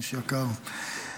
איש יקר.